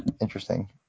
Interesting